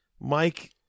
Mike